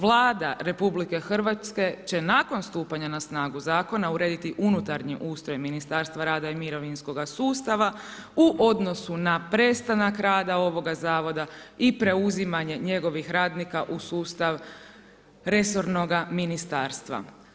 Vlada RH će nakon stupanja na snagu zakona urediti unutarnji ustroj Ministarstva rada i mirovinskoga sustava u odnosu na prestanak rada ovoga zavoda i preuzimanje njegovih radnika u sustav resornoga ministarstva.